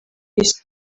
isi